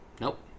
Nope